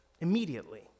immediately